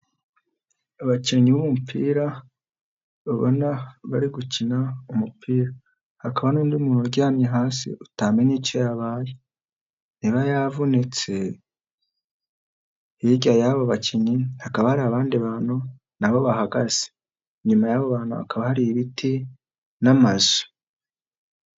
Abakinnyi b'umupira babona bari gukina umupira, hakaba n'undi muntu uryamye hasi utamenya icyo yabaye, niba yavunitse hirya yabo bakinnyi hakaba hari abandi bantu nabo bahagaze, inyuma yabo bantu hakaba hari ibiti n'amazu.